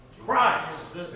Christ